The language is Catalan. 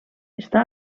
està